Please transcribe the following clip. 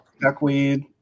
duckweed